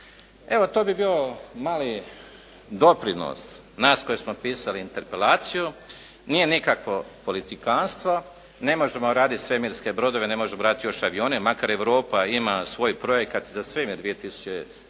Evo to bi bio mali doprinos nas koji smo pisali interpelaciju. Nije nikakvo politikantstvo, ne možemo raditi svemirske brodove, ne možemo graditi još avione, makar Europa ima svoj projekat za i 2030.